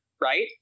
right